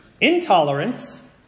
intolerance